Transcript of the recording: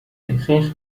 احساس